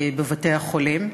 בבתי-החולים.